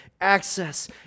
Access